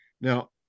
Now